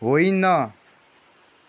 होइन